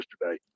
yesterday